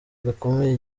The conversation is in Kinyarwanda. gakomeye